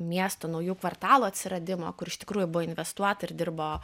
miesto naujų kvartalų atsiradimo kur iš tikrųjų buvo investuota ir dirbo